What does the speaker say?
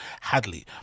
Hadley